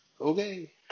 Okay